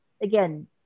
again